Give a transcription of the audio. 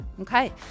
Okay